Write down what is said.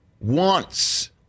wants